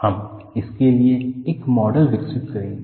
हम इसके लिए एक मॉडल विकसित करेंगे